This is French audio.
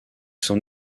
son